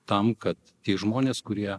tam kad tie žmonės kurie